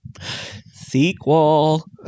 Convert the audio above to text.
Sequel